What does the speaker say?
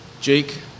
Jake